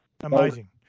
Amazing